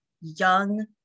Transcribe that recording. young